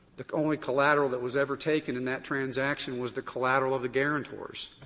the only collateral that was ever taken in that transaction was the collateral of the guarantors.